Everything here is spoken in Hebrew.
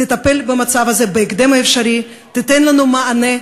שתטפל במצב הזה בהקדם האפשרי ותיתן לנו מענה.